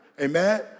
amen